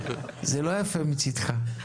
זה לא יפה מצדך.